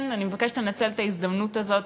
אני מבקשת לנצל את ההזדמנות הזאת,